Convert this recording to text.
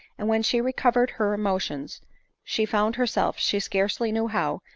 and when she recov ered her emotion she found herself, she scarcely knew how,